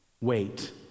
wait